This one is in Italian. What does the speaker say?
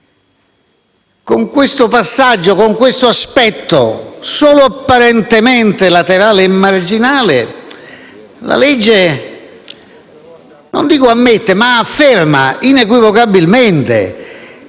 Con questo passaggio, con questo aspetto, solo apparentemente laterale e marginale, la legge non dico che ammette, ma afferma inequivocabilmente